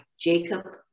Jacob